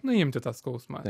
nuimti tą skausmą